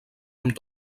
amb